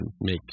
make